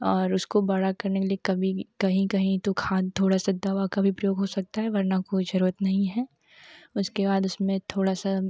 और उसको बड़ा करने के लिए कभी भी कहीं कहीं तो खाद थोड़ा सा दवा का भी प्रयोग हो सकता है वरना वह ज़रूरत नहीं हैं उसके बाद उसमें थोड़ा सा